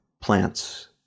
plants